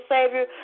Savior